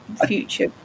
future